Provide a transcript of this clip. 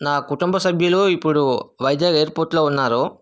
నా కుటుంబ సభ్యులు ఇప్పుడు వైజాగ్ ఎయిర్ పోర్ట్ లో ఉన్నారు